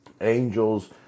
Angels